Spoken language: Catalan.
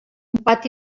pati